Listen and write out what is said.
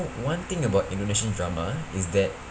one thing about indonesian drama is that